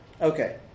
Okay